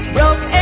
Broke